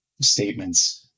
statements